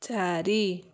ଚାରି